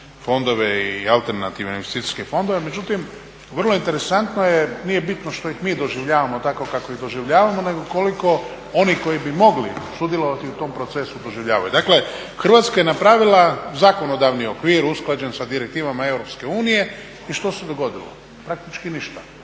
fondove i alternativne investicijske fondove. Međutim vrlo je interesantno nije bitno što ih mi doživljavamo tako kako ih doživljavamo nego koliko oni koji bi mogli sudjelovati u tom procesu proživljavaju. Dakle, Hrvatska je napravila zakonodavni okvir usklađen sa direktivama EU i što se dogodilo? praktički ništa.